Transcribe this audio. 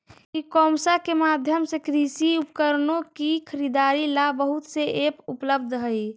ई commerce के माध्यम से कृषि उपकरणों की खरीदारी ला बहुत से ऐप उपलब्ध हई